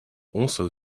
also